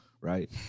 right